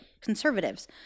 conservatives